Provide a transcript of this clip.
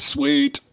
Sweet